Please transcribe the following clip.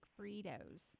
Fritos